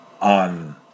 on